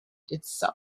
itself